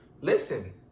listen